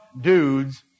dudes